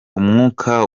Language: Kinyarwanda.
umwuka